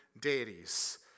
deities